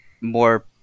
more